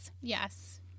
Yes